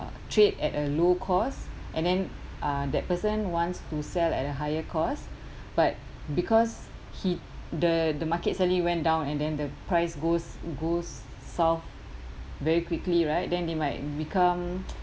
trade at a low cost and then uh that person wants to sell at a higher cost but because he the the market suddenly went down and then the price goes goes south very quickly right then they might become